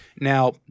Now